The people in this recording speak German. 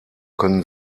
können